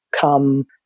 come